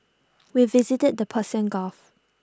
we visited the Persian gulf